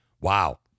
Wow